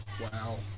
Wow